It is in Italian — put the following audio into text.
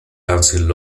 council